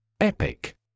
EPIC